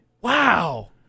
Wow